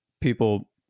people